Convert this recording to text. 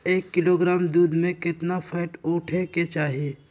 एक किलोग्राम दूध में केतना फैट उठे के चाही?